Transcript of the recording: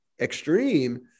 extreme